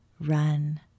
run